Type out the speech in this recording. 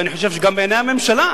ואני חושב שגם בעיני הממשלה.